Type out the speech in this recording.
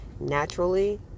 naturally